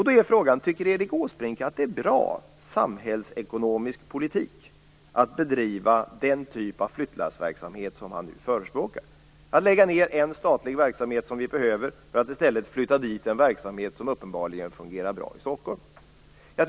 Då är frågan: Tycker Erik Åsbrink att det är en bra samhällsekonomisk politik att bedriva den typ av flyttlassverksamhet som han nu förespråkar? Är det bra att lägga ned en statlig verksamhet som vi behöver för att i stället flytta dit en verksamhet som uppenbarligen fungerar bra i Stockholm?